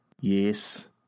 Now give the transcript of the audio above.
Yes